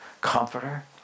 Comforter